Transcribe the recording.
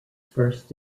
first